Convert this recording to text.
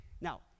Now